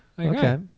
Okay